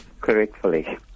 correctly